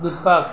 દૂધપાક